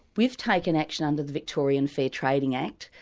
we've taken action under the victorian fair trading act,